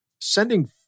sending